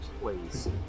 please